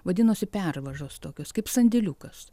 vadinosi pervažos tokios kaip sandėliukas